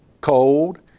cold